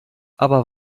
aber